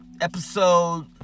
episode